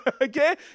Okay